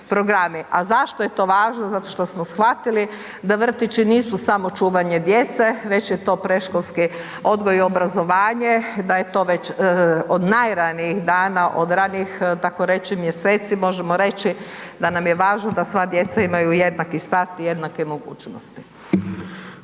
A zašto je to važno? Zato što smo shvatili da vrtići nisu samo čuvanje djece već je to predškolski odgoj i obrazovanje, da je to već o najranijih dana, od ranijih takoreći mjeseci možemo reći da nam je važno da sva djeca imaju jednaki start i jednake mogućnosti.